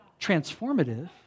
transformative